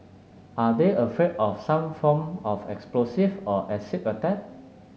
are they afraid of some form of explosive or acid attack